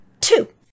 Two